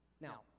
Now